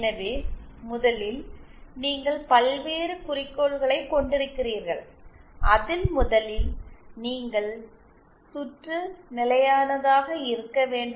எனவே முதலில் நீங்கள் பல்வேறு குறிக்கோள்களைக் கொண்டிருக்கிறீர்கள் அதில் முதலாவது நீங்கள் சுற்று நிலையானதாக இருக்க வேண்டும்